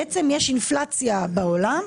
יש אינפלציה בעולם.